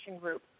group